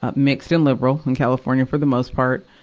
ah mixed and liberal in california, for the most part.